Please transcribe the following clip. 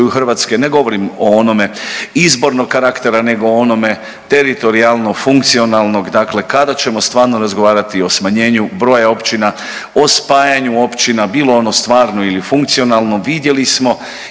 Hrvatske, ne govorim o onome izbornog karaktera nego onome teritorijalno, funkcionalnog, dakle kada ćemo stvarno razgovarati o smanjenju broja općina, o spajanju općina bilo ono stvarno ili funkcionalno. Vidjeli smo